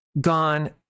gone